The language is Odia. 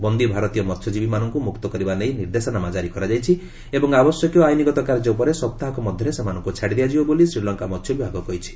ବନ୍ଦୀ ଭାରତୀୟ ମସ୍ୟଜୀବୀମାନଙ୍କୁ ମୁକ୍ତ କରିବା ନେଇ ନିର୍ଦ୍ଦେଶନାମା ଜାରି କରାଯାଇଛି ଏବଂ ଆବଶ୍ୟକୀୟ ଆଇନଗତ କାର୍ଯ୍ୟ ପରେ ସପ୍ତାହକ ମଧ୍ୟରେ ସେମାନଙ୍କୁ ଛାଡ଼ି ଦିଆଯିବ ବୋଲି ଶ୍ରୀଲଙ୍କା ମସ୍ୟବିଭାଗ କହିଛି